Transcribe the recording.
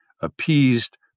appeased